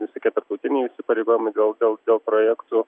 visokie tarptautiniai įsipareigojimai dėl dėl dėl projektų